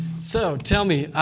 so tell me,